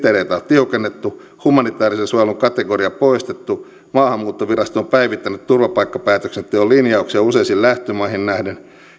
tiukennettu humanitäärisen suojelun kategoria poistettu maahanmuuttovirasto on päivittänyt turvapaikkapäätöksen teon linjauksia useisiin lähtömaihin nähden